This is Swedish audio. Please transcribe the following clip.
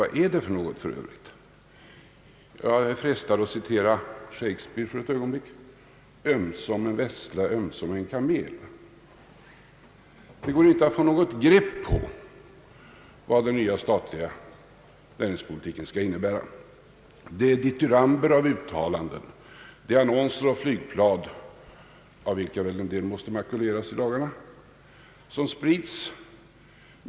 Jag är frestad att citera Shakespeare: Ömsom en vessla, ömsom en kamel! Det går inte att få något grepp om vad den nya statliga näringspolitiken skall innebära. Det är dityramber av uttalanden. Det är annonser och flygblad, — av vilka väl en del måste makuleras i dagarna — som sprids.